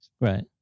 Right